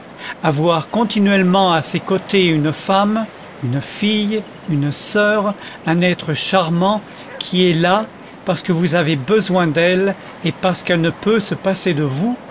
avoir continuellement à ses côtés une femme une fille une soeur un être charmant qui est là parce que vous avez besoin d'elle et parce qu'elle ne peut se passer de vous